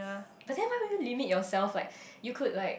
but then why would you limit yourself like you could like